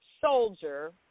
soldier